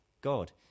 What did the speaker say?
god